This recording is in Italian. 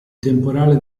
temporale